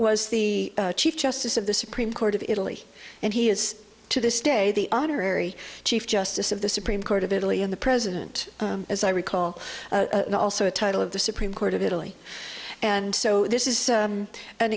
was the chief justice of the supreme court of italy and he is to this day the honorary chief justice of the supreme court of italy and the president as i recall also a title of the supreme court of italy and so this is